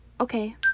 Okay